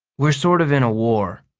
we're sort of in a war,